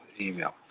email